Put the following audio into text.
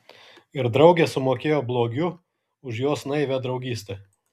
ir draugė sumokėjo blogiu už jos naivią draugystę